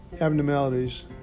abnormalities